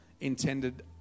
intended